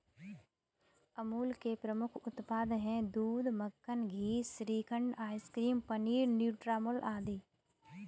अमूल के प्रमुख उत्पाद हैं दूध, मक्खन, घी, श्रीखंड, आइसक्रीम, पनीर, न्यूट्रामुल आदि